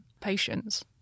patience